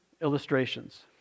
illustrations